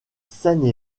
seine